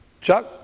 Chuck